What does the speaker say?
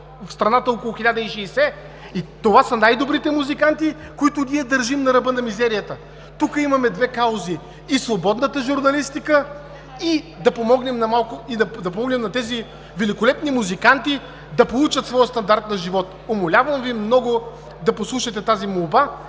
в страната около 1060. Това са най-добрите музиканти, които ние държим на ръба на мизерията. Тук имаме две каузи – и свободната журналистика, и да помогнем на тези великолепни музиканти да получат своя стандарт на живот. Умолявам Ви много да послушате тази молба.